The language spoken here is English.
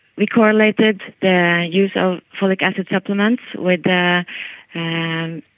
we correlated the use of folic acid supplements with the and